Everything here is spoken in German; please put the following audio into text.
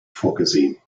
vorgesehen